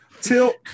tilt